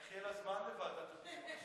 איך יהיה לך זמן לוועדת הפנים?